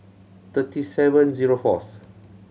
thirty seven zero fourth